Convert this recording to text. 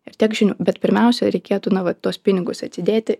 ir tiek žinių bet pirmiausia reikėtų na va tuos pinigus atsidėti